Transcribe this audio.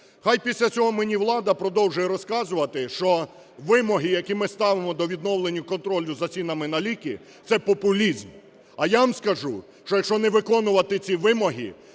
Хай після цього мені влада продовжує розказувати, що вимоги, які ми ставимо до відновлення контролю за цінами на ліки, – це популізм. А я вам скажу, що якщо не виконувати ці вимоги,